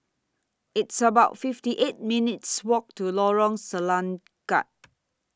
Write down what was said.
It's about fifty eight minutes' Walk to Lorong Selangat